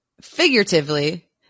figuratively